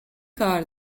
کار